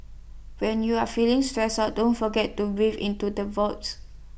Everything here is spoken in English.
when you are feeling stressed out don't forget to breathe into the voids